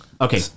Okay